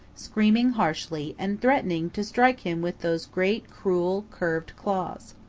screaming harshly, and threatening to strike him with those great cruel, curved claws.